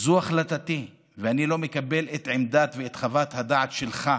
זו החלטתי ואני לא מקבל את עמדתך ואת חוות הדעת שלך,